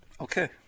Okay